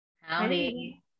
Howdy